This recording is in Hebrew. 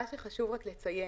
חשוב לציין,